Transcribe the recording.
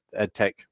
EdTech